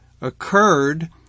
occurred